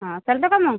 हं चलतं का मग